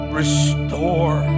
restore